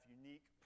unique